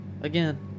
again